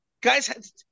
guys